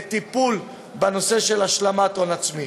לטיפול בנושא של השלמת הון עצמית.